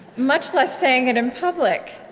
much less saying it in public